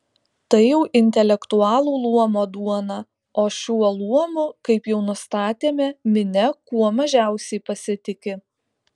tai jau intelektualų luomo duona o šiuo luomu kaip jau nustatėme minia kuo mažiausiai pasitiki